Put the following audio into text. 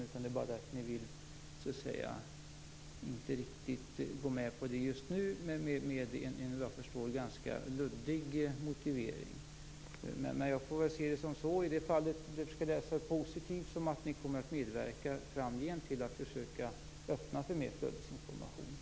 Det är kanske bara så att ni inte vill gå med på det just nu? Ni ger en ganska luddig motivering. Jag vill försöka tolka det positivt och ser det som att ni framgent kommer att medverka till att försöka öppna för mer flödesinformation.